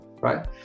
right